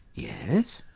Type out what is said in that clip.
yes